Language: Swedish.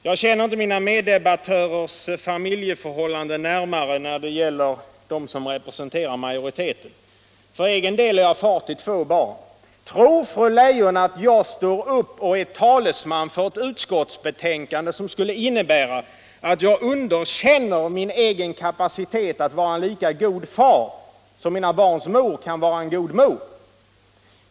Jag känner inte familjeförhållandena närmare när det gäller de meddebattörer som representerar majoriteten. För egen del är jag far till två barn. Tror fru Leijon att jag står upp och talar för ett utskottsbetänkande som skulle innebära att jag underkänner min egen kapacitet att vara en lika god far som mina barns mor kan vara en god mor?